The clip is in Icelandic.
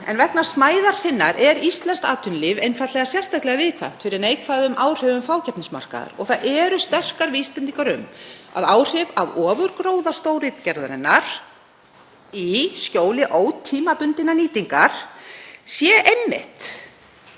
en vegna smæðar sinnar er íslenskt atvinnulíf einfaldlega sérstaklega viðkvæmt fyrir neikvæðum áhrifum fákeppnismarkaðar og það eru sterkar vísbendingar um að áhrif af ofurgróða stórútgerðarinnar í skjóli ótímabundinnar nýtingar séu einmitt